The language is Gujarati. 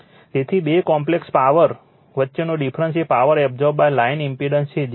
તેથી બે કોમ્પ્લેક્સ પાવર વચ્ચેનો ડિફ્રન્સ એ પાવર એબ્સોર્બ લાઈન ઈમ્પેડન્સ છે જે પાવર લોસ છે